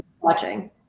Watching